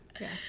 Yes